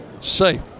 safe